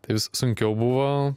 tai vis sunkiau buvo